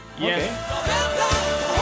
Yes